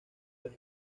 los